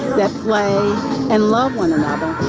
that play and love one another.